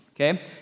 okay